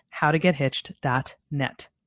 howtogethitched.net